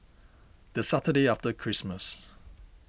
the Saturday after Christmas